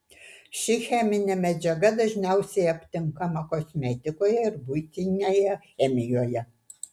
ši cheminė medžiaga dažniausiai aptinkama kosmetikoje ir buitinėje chemijoje